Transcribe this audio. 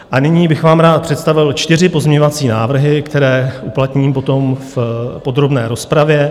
A nyní bych vám rád představil čtyři pozměňovací návrhy, které uplatním potom v podrobné rozpravě.